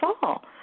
fall